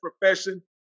profession